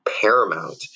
paramount